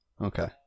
Okay